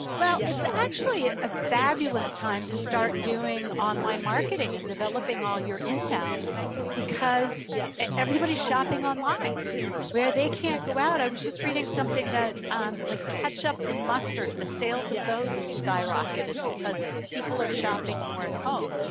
well, it's actually a fabulous time to start doing online marketing and developing all your inbound because everybody's shopping online where they can't go out. i was just reading something that um like ketchup and mustard, the sales of those have skyrocketed because people are shopping more at home.